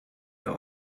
der